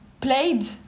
played